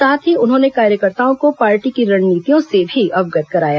साथ ही उन्होंने कार्यकर्ताओं को पार्टी की रणनीतियों से भी अवगत कराया